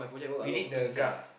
we did the graph